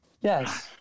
Yes